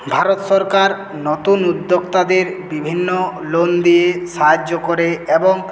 ভারত সরকার নতুন উদ্যোক্তাদের বিভিন্ন লোন দিয়ে সাহায্য করে এবং